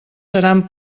seran